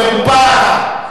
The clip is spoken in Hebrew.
חרפה.